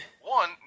One